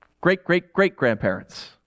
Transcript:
Great-great-great-grandparents